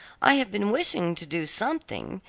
i have been wishing to do something,